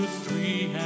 three